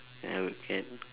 I would get